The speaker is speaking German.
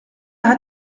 hat